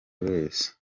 wese